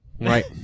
Right